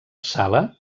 sala